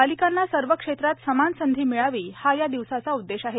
बालिकांना सर्व क्षेत्रात समान संधी मिळावी हा या दिवसाचा उद्देश आहे